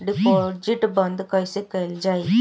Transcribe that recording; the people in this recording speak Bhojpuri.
डिपोजिट बंद कैसे कैल जाइ?